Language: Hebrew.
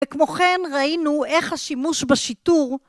וכמוכן ראינו איך השימוש בשיטור